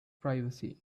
privacy